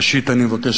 ראשית אני מבקש,